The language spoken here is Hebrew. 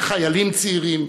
כחיילים צעירים,